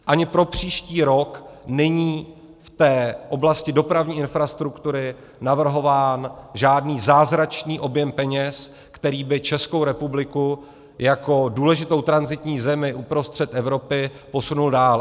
Ani pro příští rok není v té oblasti dopravní infrastruktury navrhován žádný zázračný objem peněz, který by Českou republiku jako důležitou tranzitní zemi uprostřed Evropy posunul dál.